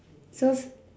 just